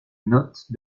note